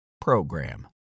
PROGRAM